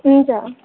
हुन्छ